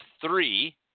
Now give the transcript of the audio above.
three